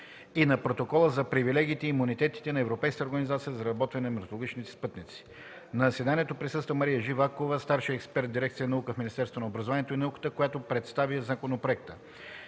и на Протокола за привилегиите и имунитетите на Европейската организация за разработване на метеорологични спътници. На заседанието присъства Мария Живакова – старши експерт в дирекция „Наука” в Министерство на образованието и науката, която представи законопроекта.